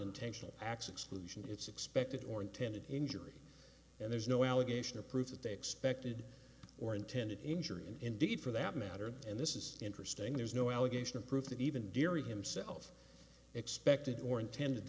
intentional acts exclusion it's expected or intended injury and there's no allegation or proof that they expected or intended injury and indeed for that matter and this is interesting there's no allegation of proof that even dearie himself expected or intended